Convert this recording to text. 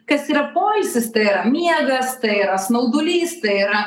kas yra poilsis tai yra miegas tai yra snaudulys tai yra